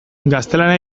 gaztelania